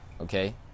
okay